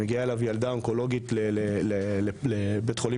שמגיעה אליו ילדה אונקולוגית לבית חולים